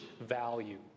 value